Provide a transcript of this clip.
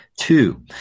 Two